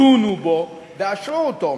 דונו בו ואשרו אותו.